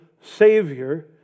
Savior